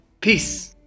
peace